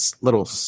little